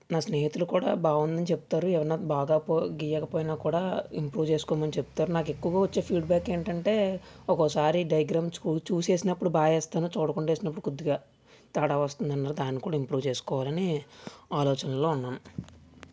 అతి ఇబ్బందిగా లేకుండా ఉండే వాతావరణంలో ఉంచడానికి మనం ప్రయత్నించాలి ఎందుకంటే వాళ్ళని ఎక్కువ ఎండలోను ఎక్కువ చలిలోనూ ఎక్కువ వర్షం పడే చోట్లగాని పెట్టకూడదు చాలా కేర్ఫుల్గా చూసుకోవాలి అలాగే వాళ్ల యొక్క ఆహార విధానాలు అందులోనూ